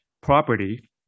property